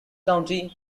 county